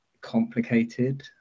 complicated